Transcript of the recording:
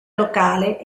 locale